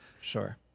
Sure